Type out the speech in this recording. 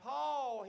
Paul